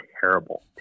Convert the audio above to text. terrible